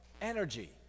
energy